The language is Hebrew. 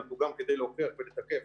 כדי להוכיח ולתקף